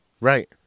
Right